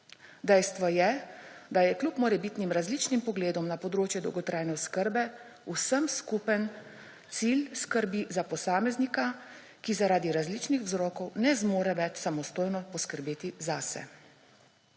Dejstvo je, da je kljub morebitnim različnim pogledom na področju dolgotrajne oskrbe vsem skupen cilj skrbi za posameznika, ki zaradi različnih vzrokov ne zmore več samostojno poskrbeti zase.